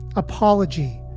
apology,